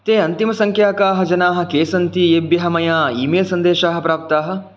ते अन्तिमसङ्क्ख्याकाः जनाः के सन्ति येभ्यः मया ईमेल् सन्देशाः प्राप्ताः